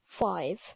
five